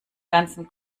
ganzen